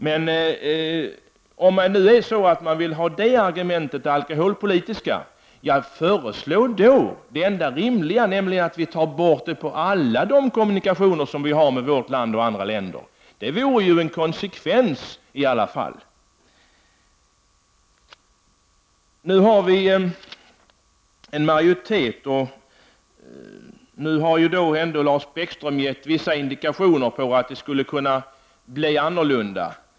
Men om man vill föra det politiska argumentet föreslår jag det enda rimliga, nämligen att vi tar bort all sprit på alla förbindelser som vi har med vårt land och andra länder. Det vore ju i alla fall att vara konsekvent. Nu har vi majoritet. Lars Bäckström har gett indikationer på att det skulle kunna bli annorlunda.